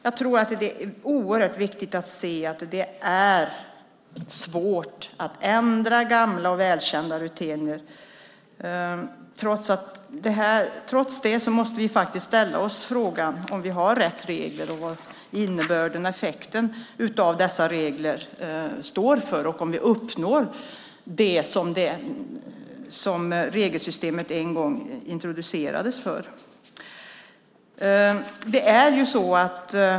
Jag tror att det är oerhört viktigt att se att det är svårt att ändra gamla och välkända rutiner. Trots det måste vi faktiskt ställa oss frågan om vi har rätt regler och vad innebörden och effekten av dessa regler står för. Uppnår vi det som regelsystemet en gång introducerades för?